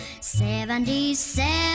seventy-seven